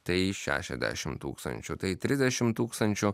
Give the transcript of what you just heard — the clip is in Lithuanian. tai šešiasdešimt tūkstančių tai trisdešimt tūkstančių